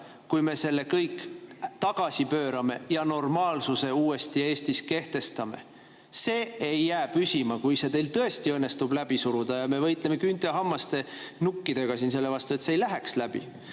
kui me selle kõik tagasi pöörame ja Eestis uuesti normaalsuse kehtestame. See ei jää püsima, kui see teil tõesti õnnestub läbi suruda. Me võitleme küünte ja hammaste ja nukkidega selle vastu, et see ei läheks läbi,